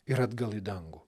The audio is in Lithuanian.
ir atgal į dangų